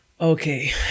Okay